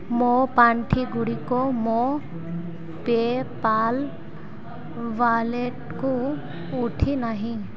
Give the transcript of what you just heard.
ମୋ ପାଣ୍ଠିଗୁଡ଼ିକ ମୋ ପେପାଲ୍ ୱାଲେଟ୍କୁ ଉଠି ନାହିଁ